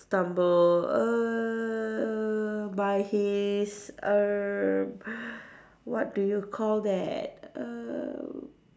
stumble err by his err what do you call that err